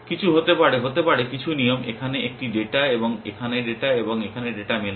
কিছু হতে পারে হতে পারে কিছু নিয়ম এখানে একটি ডেটা এবং এখানে ডেটা এবং এখানে ডেটা মেলায়